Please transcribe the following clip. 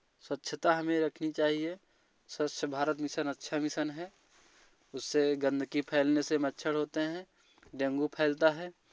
स्वच्छता हमें रखनी चाहिए स्वच्छ भारत मिशन अच्छा मिशन है उससे गंदगी फैलने से मच्छर होते हैं डेंगू फैलता है